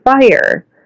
fire